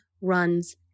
runs